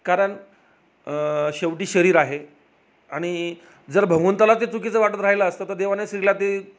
कारण शेवटी शरीर आहे आणि जर भगवंताला ते चुकीचं वाटत राहिला असतं तर देवाने स्त्रीला ते